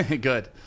Good